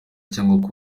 cyangwa